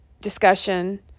discussion